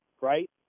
right